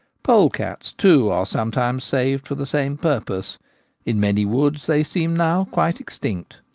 polecats, too, are sometimes saved for the same purpose in many woods they seem now quite extinct.